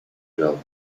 well